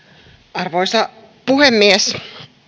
arvoisa puhemies